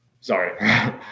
sorry